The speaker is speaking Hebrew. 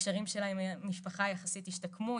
הקשרים שלה עם המשפחה יחסית השתקמו,